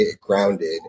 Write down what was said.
grounded